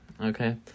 okay